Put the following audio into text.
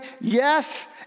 yes